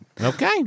Okay